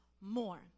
more